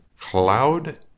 cloud